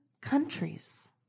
countries